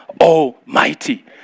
Almighty